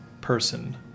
person